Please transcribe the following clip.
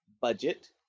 Budget